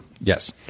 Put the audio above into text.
Yes